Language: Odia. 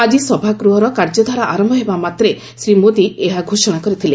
ଆଜି ସଭାଗୃହର କାର୍ଯ୍ୟଧାରା ଆରମ୍ଭ ହେବା ମାତ୍ରେ ଶ୍ରୀ ମୋଦି ଏହା ଘୋଷଣା କରିଥିଲେ